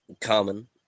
common